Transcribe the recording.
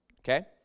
Okay